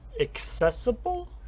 accessible